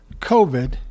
COVID